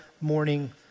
morning